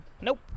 nope